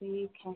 ठीक है